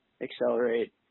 accelerate